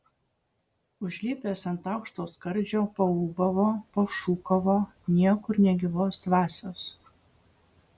užlipęs ant aukšto skardžio paūbavo pašūkavo niekur nė gyvos dvasios